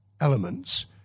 elements